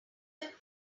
public